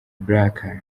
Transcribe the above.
black